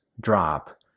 drop